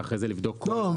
ואחרי זה לבדוק --- לא,